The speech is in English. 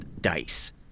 dice